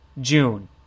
June